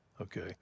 Okay